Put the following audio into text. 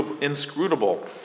inscrutable